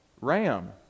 ram